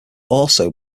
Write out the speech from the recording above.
also